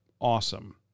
awesome